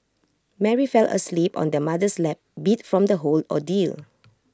Mary fell asleep on their mother's lap beat from the whole ordeal